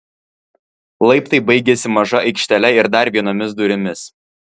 laiptai baigiasi maža aikštele ir dar vienomis durimis